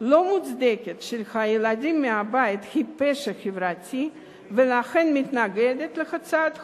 לא מוצדקת של הילדים מהבית היא פשע חברתי ולכן מתנגדת להצעת החוק.